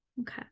Okay